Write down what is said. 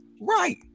right